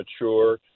mature